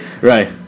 Right